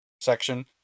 section